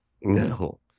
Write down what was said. No